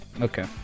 Okay